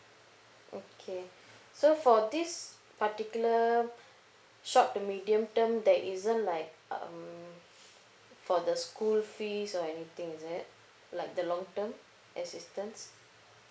okay so for this particular short to medium term that isn't like um for the school fees or anything is it like the long term assistance